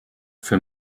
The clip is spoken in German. für